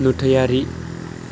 नुथायारि